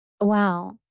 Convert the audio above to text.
Wow